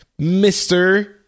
Mr